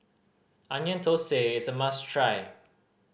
Onion Thosai is a must try